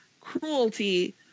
cruelty